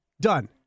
Done